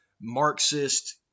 Marxist